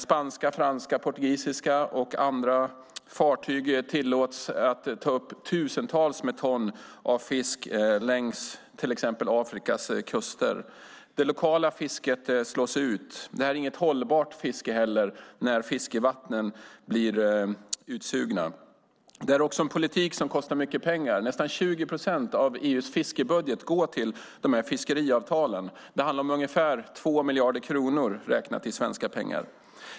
Spanska, franska, portugisiska och andra fartyg tillåts att ta upp tusentals med ton av fisk längs till exempel Afrikas kuster. Det lokala fisket slås ut. Det här är inget hållbart fiske heller då fiskevattnen blir utsugna. Det är en politik som kostar mycket pengar. Nästan 20 procent av EU:s fiskebudget går till de här fiskeavtalen. Det handlar om ungefär 2 miljarder kronor räknat i svenska pengar.